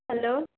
hello